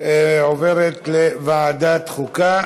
עוברת לוועדת החוקה.